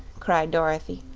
cried dorothy.